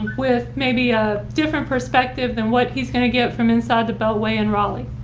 with maybe a different perspective than what he's going to get from inside the beltway in raleigh.